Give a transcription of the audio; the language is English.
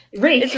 right.